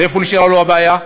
ואיפה נשארה לו הבעיה?